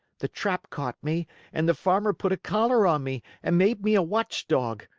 the trap caught me and the farmer put a collar on me and made me a watchdog.